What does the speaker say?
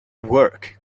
work